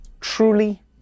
Truly